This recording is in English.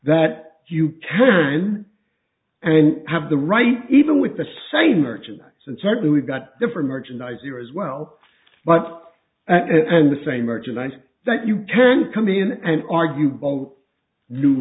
that you can and have the right even with the same merchandise and certainly we've got different merchandise here as well but i think and the same merchandise that you can come in and argue both new